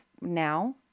now